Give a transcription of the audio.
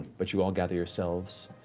but you all gather yourselves.